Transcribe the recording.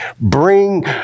Bring